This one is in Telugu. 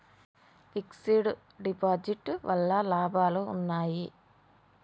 ఫిక్స్ డ్ డిపాజిట్ వల్ల లాభాలు ఉన్నాయి?